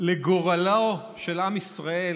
לגורלו של עם ישראל.